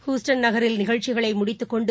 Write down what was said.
Houston நகரில் நிகழ்ச்சிகளைமுடித்துக்கொண்டு